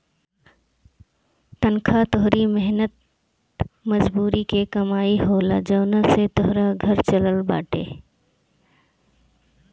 तनखा तोहरी मेहनत मजूरी के कमाई होला जवना से तोहार घर चलत बाटे